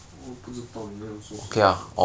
我不知道你们要做什么